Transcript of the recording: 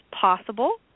possible